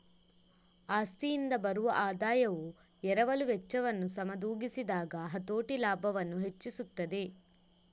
ಆಸ್ತಿಯಿಂದ ಬರುವ ಆದಾಯವು ಎರವಲು ವೆಚ್ಚವನ್ನು ಸರಿದೂಗಿಸಿದಾಗ ಹತೋಟಿ ಲಾಭವನ್ನು ಹೆಚ್ಚಿಸುತ್ತದೆ